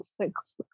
six